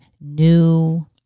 new